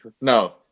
No